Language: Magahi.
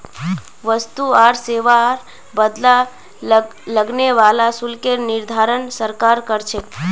वस्तु आर सेवार बदला लगने वाला शुल्केर निर्धारण सरकार कर छेक